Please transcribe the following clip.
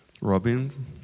Robin